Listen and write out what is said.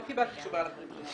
לא קיבלתי תשובה על הקריטריונים.